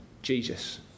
Jesus